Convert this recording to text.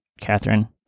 Catherine